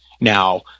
Now